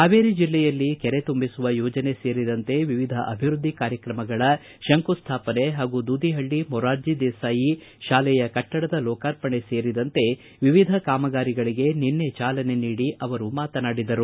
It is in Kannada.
ಹಾವೇರಿ ಜಿಲ್ಲೆಯಲ್ಲಿ ಕೆರೆ ತುಂಬಿಸುವ ಯೋಜನೆ ಸೇರಿದಂತೆ ವಿವಿಧ ಅಭಿವೃದ್ಧಿ ಕಾರ್ಯಕ್ರಮಗಳ ಶಂಕುಸ್ಥಾಪನೆ ಹಾಗೂ ದೂದಿಪಳ್ಳ ಮೊರಾರ್ಜಿ ದೇಸಾಯಿ ಶಾಲೆಯ ಕಟ್ಟಡದ ಲೋಕಾರ್ಪಣೆ ಸೇರಿದಂತೆ ವಿವಿಧ ಕಾಮಗಾರಿಗಳಿಗೆ ನಿನ್ನೆ ಚಾಲನೆ ನೀಡಿ ಅವರು ಮಾತನಾಡಿದರು